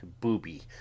booby